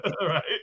Right